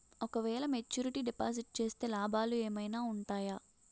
ఓ క వేల maturity deposit చేస్తే లాభాలు ఏమైనా ఉంటాయా?